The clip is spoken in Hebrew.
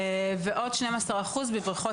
אין בריכות